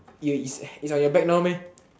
you it's it's on your bag now meh